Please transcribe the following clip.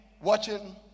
watching